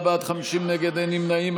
34 בעד, 50 נגד, אין נמנעים.